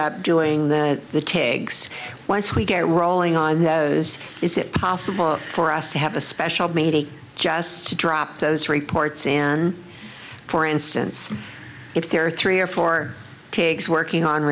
up doing the tags once we get rolling on those is is it possible for us to have a special meeting just to drop those reports and for instance if there are three or four pigs working on